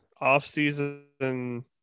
off-season